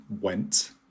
went